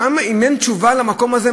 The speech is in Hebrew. אם אין תשובה למקום הזה,